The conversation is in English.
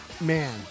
Man